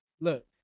look